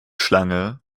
schlange